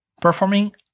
performing